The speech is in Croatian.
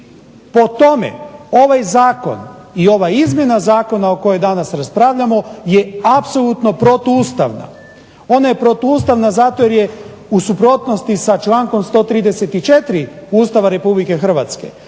Po tome ovaj zakon i ova izmjena zakona o kojoj danas raspravljamo je apsolutno protuustavna. Ona je protuustavna zato jer je u suprotnosti sa člankom 134. Ustava RH, ali ona je